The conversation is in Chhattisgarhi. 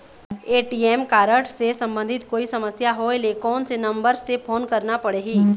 ए.टी.एम कारड से संबंधित कोई समस्या होय ले, कोन से नंबर से फोन करना पढ़ही?